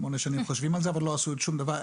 שמונה שנים חושבים על זה ולא עשו עוד שום דבר.